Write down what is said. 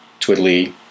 twiddly